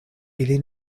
ili